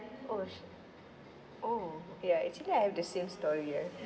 oh sh~ oh ya actually I have the same story ya